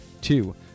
Two